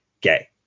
gay